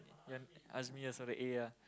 you want Azmi is with a A ah